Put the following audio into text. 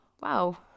Wow